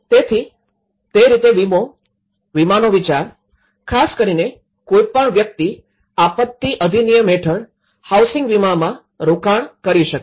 તેથી તે રીતે વીમો વીમાનો વિચાર ખાસ કરીને કોઈપણ વ્યક્તિ આપત્તિ અધિનિયમ હેઠળ હાઉસિંગ વીમામાં રોકાણ કરી શકે છે